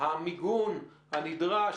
המיגון הנדרש.